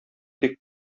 тик